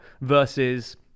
versus